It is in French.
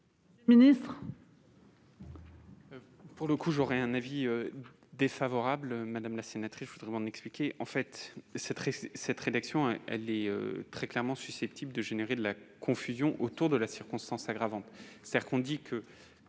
monsieur le ministre,